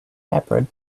peppered